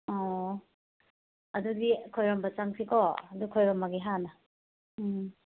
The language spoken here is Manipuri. ꯑꯣ ꯑꯗꯨꯗꯤ ꯈꯣꯏꯔꯝꯕ ꯆꯪꯁꯤꯀꯣ ꯑꯗꯨ ꯈꯣꯏꯔꯝꯃꯒꯦ ꯍꯥꯟꯅ ꯎꯝ